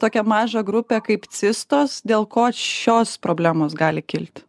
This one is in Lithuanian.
tokią mažą grupę kaip cistos dėl ko šios problemos gali kilt